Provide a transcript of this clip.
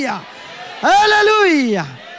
Hallelujah